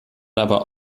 aber